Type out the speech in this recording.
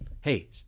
Hey